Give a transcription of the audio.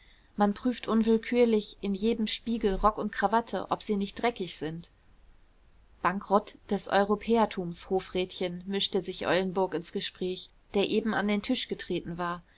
man prüft unwillkürlich in jedem spiegel rock und krawatte ob sie nicht dreckig sind bankrott des europäertums hofrätchen mischte sich eulenburg ins gespräch der eben an den tisch getreten war